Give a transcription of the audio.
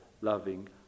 loving